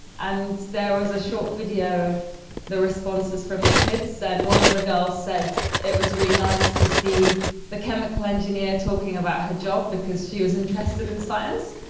and there was a short video of the responses from the kids, and one of the girls said it was really nice to see the chemical engineer talking about her job because she was interested in science,